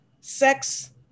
Sex